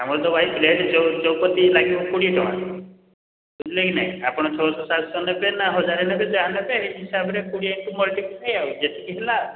ଆମର ତ ଭାଇ ପ୍ଲେଟ୍ ଯେଉଁ ଯେଉଁ ପ୍ରତି ଲାଗିବ କୋଡ଼ିଏ ଟଙ୍କା ବୁଝିଲେ କି ନାହିଁ ଆପଣ ଛଅଶହ ସାତଶହ ନେବେ ନା ହଜାର ନେବେ ଯାହା ନେବେ ସେହି ହିସାବରେ କୋଡ଼ିଏ ଇନ୍ ଟୁ ମଲ୍ଟିପ୍ଲାଏ ଆଉ ଯେତିକି ହେଲା